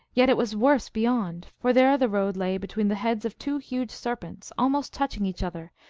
yet it was worse beyond, for there the road lay between the heads of two huge serpents, almost touching each other,